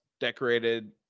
decorated